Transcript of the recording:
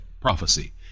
prophecy